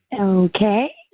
Okay